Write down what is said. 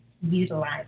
utilize